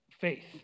faith